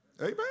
Amen